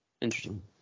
Interesting